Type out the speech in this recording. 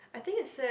I think it said